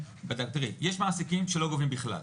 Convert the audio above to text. יש מעסיקים שלא גובים בכלל.